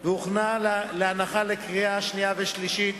והוכנה להנחה לקריאה השנייה והקריאה השלישית,